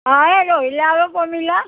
অঁ এই ৰহিলা আৰু পমিলাক